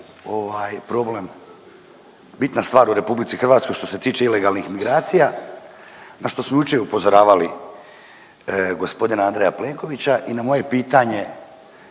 ovaj problem, bitna stvar u RH što se tiče ilegalnih migracija na što smo jučer upozoravali gospodina Andreja Plenkovića i na moje pitanje